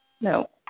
No